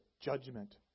judgment